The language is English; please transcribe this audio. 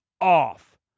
off